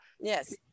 Yes